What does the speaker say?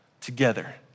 together